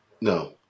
No